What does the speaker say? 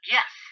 Yes